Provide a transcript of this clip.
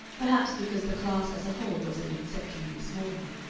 perhaps because the class as a whole was an exceptionally small one.